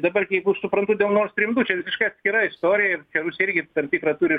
dabar jeigu aš suprantu dėl nord strym du čia atskira istorija rusija irgi tam tikrą turi